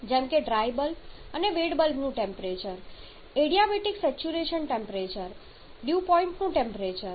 જેમ કે dry bulb અને વેટ બલ્બનું temperature adiabatic saturation temperature dew પોઇન્ટનું ટેમ્પરેચર